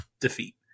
defeat